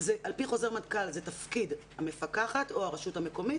על פי חוזר מנכ"ל זה תפקיד המפקחת או הרשות המקומית.